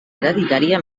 hereditària